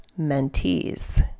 mentees